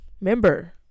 Member